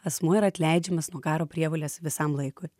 asmuo yra atleidžiamas nuo karo prievolės visam laikui